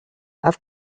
have